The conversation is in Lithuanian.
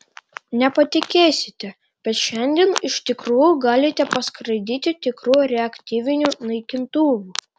nepatikėsite bet šiandien iš tikrųjų galite paskraidyti tikru reaktyviniu naikintuvu